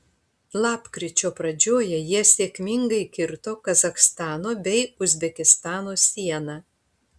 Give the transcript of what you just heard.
lapkričio pradžioje jie sėkmingai kirto kazachstano bei uzbekistano sieną